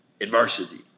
Adversity